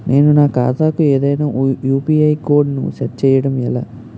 నేను నా ఖాతా కు ఏదైనా యు.పి.ఐ కోడ్ ను సెట్ చేయడం ఎలా?